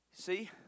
See